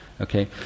okay